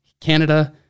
Canada